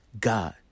god